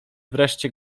wreszcie